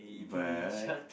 but